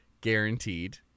guaranteed